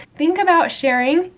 think about sharing,